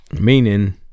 Meaning